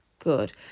good